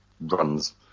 runs